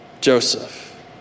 Joseph